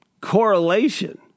correlation